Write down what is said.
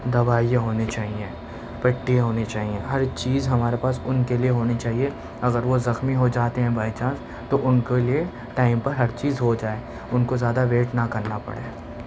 دوائیاں ہونی چاہیے پٹی ہونی چاہیے ہر چیز ہمارے پاس ان کے لئے ہونی چاہیے اگر وہ زخمی ہو جاتے ہیں بائی چانس تو ان کے لئے ٹائم پر ہر چیز ہو جائے ان کو زیادہ ویٹ نہ کرنا پڑے